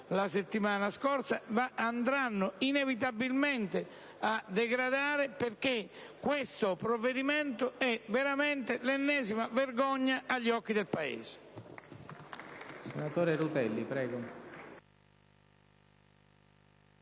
la settimana scorsa - andranno inevitabilmente a degradare, perché questo provvedimento è veramente l'ennesima vergogna agli occhi del Paese.